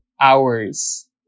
hours